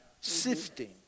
sifting